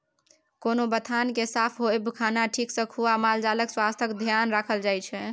कोनो बथान केर साफ होएब, खाना ठीक सँ खुआ मालजालक स्वास्थ्यक धेआन राखल जाइ छै